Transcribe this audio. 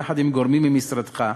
יחד עם גורמים ממשרדך,